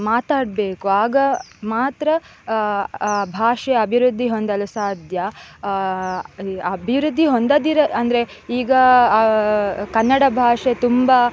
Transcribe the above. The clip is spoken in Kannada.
ಮಾತಾಡಬೇಕು ಆಗ ಮಾತ್ರ ಆ ಭಾಷೆ ಅಭಿವೃದ್ಧಿ ಹೊಂದಲು ಸಾಧ್ಯ ಅಭಿವೃದ್ಧಿ ಹೊಂದದಿರೋ ಅಂದರೆ ಈಗ ಕನ್ನಡ ಭಾಷೆ ತುಂಬ